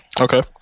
Okay